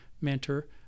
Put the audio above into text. mentor